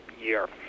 year